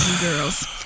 Girls